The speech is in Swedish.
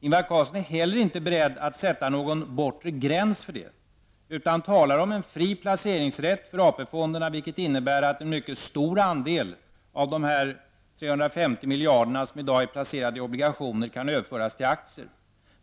Ingvar Carlsson är heller inte beredd att sätta någon bortre gräns för detta utan talar om en fri placeringsrätt för AP-fonderna, vilket innebär att en mycket stor andel av de 350 miljarder som i dag är placerade i obligationer kan överföras till aktier.